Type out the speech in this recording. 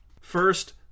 First